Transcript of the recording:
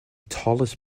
tallest